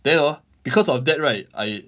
then hor because of that right I